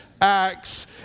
acts